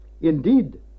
Indeed